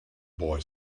boy